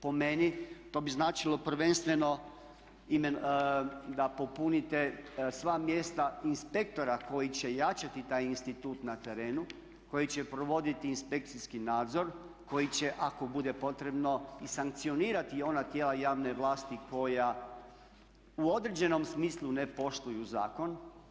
Po meni to bi značilo prvenstveno da popunite sva mjesta inspektora koji će jačati taj institut na terenu, koji će provoditi inspekcijski nadzor, koji će ako bude potrebno i sankcionirati ona tijela one vlasti koja u određenom smislu ne poštuju zakon.